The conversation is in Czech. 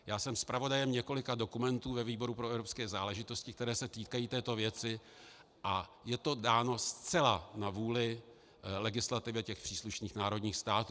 Já jsem zpravodajem několika dokumentů ve výboru pro evropské záležitosti, které se týkají této věci, a je to dáno zcela na vůli legislativě těch příslušných národních států.